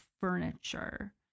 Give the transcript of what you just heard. furniture